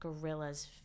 gorilla's